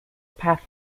path